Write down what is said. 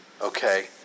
okay